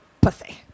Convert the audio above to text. pussy